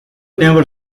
never